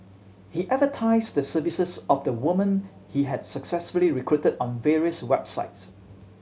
he advertised the services of the woman he had successfully recruited on various websites